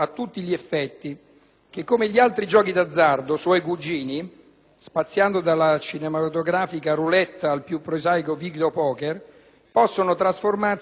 (spaziando dalla cinematografica *roulette* al più prosaico *videopoker*) possono trasformarsi da abitudine in vizio. Il vizio, a sua volta, può degenerare